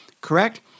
correct